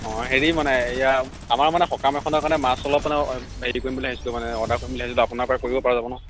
অঁ হেৰি মানে এইয়া আমাৰ মানে সকাম এখনৰ কাৰণে মাছ অলপ মানে হেৰি কৰিম বুলি ভাবিছিলো মানে অৰ্ডাৰ কৰিম ভাবিছিলো আপোনাৰ পৰা কৰিব পৰা যাব ন'